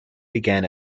began